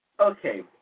Okay